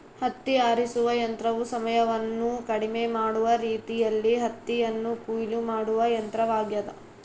ಹತ್ತಿ ಆರಿಸುವ ಯಂತ್ರವು ಸಮಯವನ್ನು ಕಡಿಮೆ ಮಾಡುವ ರೀತಿಯಲ್ಲಿ ಹತ್ತಿಯನ್ನು ಕೊಯ್ಲು ಮಾಡುವ ಯಂತ್ರವಾಗ್ಯದ